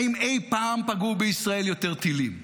האם אי-פעם פגעו בישראל יותר טילים?